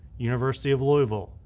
university of louisville,